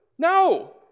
No